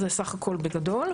זה סך הכול בגדול.